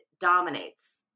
dominates